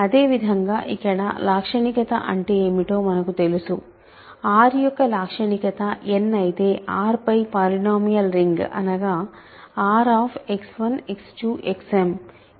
అదేవిధంగా ఇక్కడ లాక్షణికత అంటే ఏమిటో మనకు తెలుసు R యొక్క లాక్షణికత n అయితే R పై పాలినోమియల్ రింగ్ అనగా RX1X2